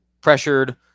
pressured